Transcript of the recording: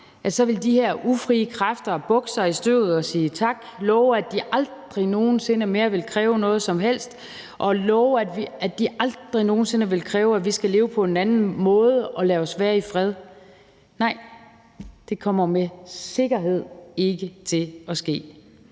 vil de her ufrie kræfter så bukke sig i støvet og sige tak og love, at de aldrig nogen sinde mere vil kræve noget som helst, og love, at de aldrig nogen sinde vil kræve, at vi skal leve på en anden måde og lade os være i fred? Nej, det kommer med sikkerhed ikke til at ske.